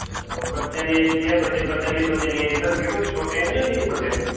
अच्छा बच्चें दी एज के ऐ बच्चें बच्चें दी एज दस्सगे तुहै छोटे ऐन जां हल्ली बड्डे न